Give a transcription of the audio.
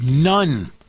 none